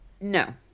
No